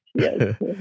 yes